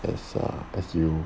as uh as you